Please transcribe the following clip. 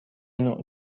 نوع